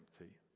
empty